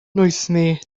noethni